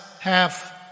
half